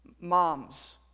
moms